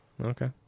Okay